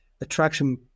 attraction